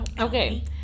Okay